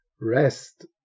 rest